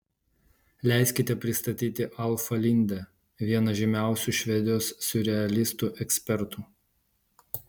leiskite pristatyti alfą lindę vieną žymiausių švedijos siurrealistų ekspertų